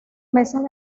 meses